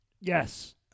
Yes